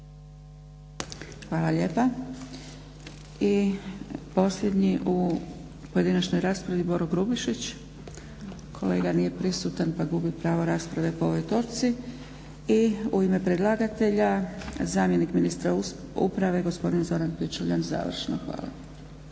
Hvala lijepa. I posljednji u pojedinačnoj raspravi Boro Grubišić. Kolega nije prisutan pa gubi pravo rasprave po ovoj točci. I u ime predlagatelja zamjenik ministra uprave gospodin Zoran Pičuljan završno. Hvala.